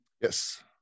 Yes